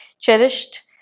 cherished